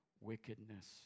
wickedness